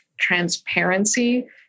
transparency